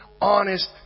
honest